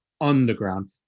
underground